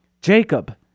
Jacob